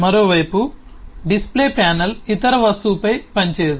మరోవైపు display panel ఇతర వస్తువుపై పనిచేయదు